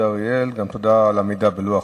ותודה גם על העמידה בלוח הזמנים.